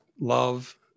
love